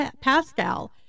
Pascal